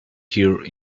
here